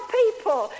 people